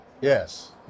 Yes